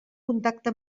contacte